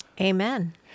Amen